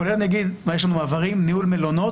כולל ניהול מלונות,